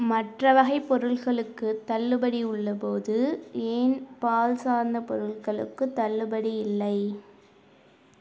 மற்ற வகைப் பொருள்களுக்குத் தள்ளுபடி உள்ளபோது ஏன் பால் சார்ந்த பொருள்களுக்குத் தள்ளுபடி இல்லை